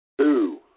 Two